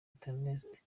theoneste